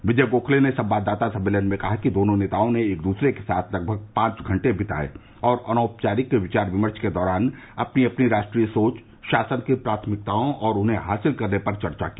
विजय गोखले ने संवाददाता सम्मेलन में कहा कि दोनों नेताओं ने एक दूसरे के साथ लगभग पांच घंटे बिताये और अनौपचारिक विचार विमर्श के दौरान अपनी अपनी राष्ट्रीय सोच शासन की प्राथमिकताओं और उन्हें हासिल करने पर चर्चा की